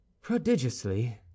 Prodigiously